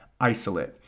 isolate